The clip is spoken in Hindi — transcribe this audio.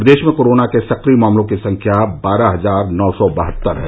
प्रदेश में कोरोना के सक्रिय मामलों की संख्या बारह हजार नौ सौ बहत्तर है